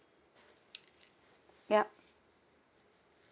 yup